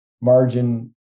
margin